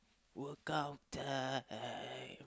World Cup time I